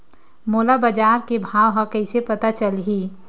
मोला बजार के भाव ह कइसे पता चलही?